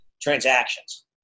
transactions